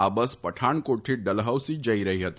આ બસ પઠાણકોટથી ડલહોસી જઇ રહી હતી